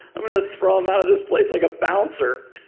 i'm going to throw him out of this place like a bouncer.